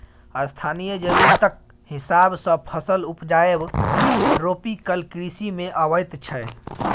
स्थानीय जरुरतक हिसाब सँ फसल उपजाएब ट्रोपिकल कृषि मे अबैत छै